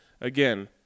Again